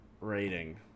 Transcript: rating